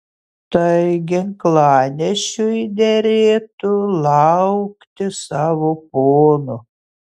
tai ginklanešiui derėtų laukti savo pono